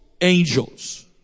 angels